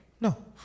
No